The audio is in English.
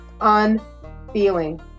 unfeeling